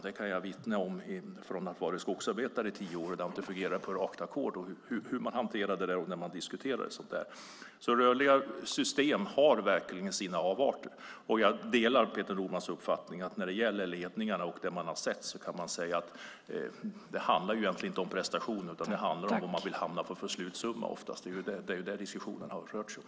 Jag kan vittna om efter att har varit skogsarbetare i tio år hur det fungerade med rakt ackord och hur man hanterade det när man diskuterade det. Rörliga system har verkligen sina avarter. Jag delar Peter Normans uppfattning att när det gäller ledningarna handlar det egentligen inte om prestation utan oftast om en slutsumma. Det är vad diskussionen har rört sig om.